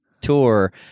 tour